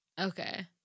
okay